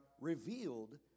revealed